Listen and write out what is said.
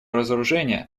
разоружения